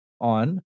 on